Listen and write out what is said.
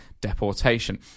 deportation